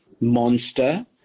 monster